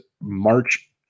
March